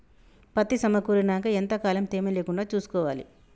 పత్తి సమకూరినాక ఎంత కాలం తేమ లేకుండా చూసుకోవాలి?